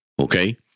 Okay